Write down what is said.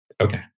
Okay